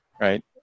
right